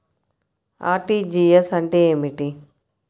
RTGS అంటే ఏమిటి?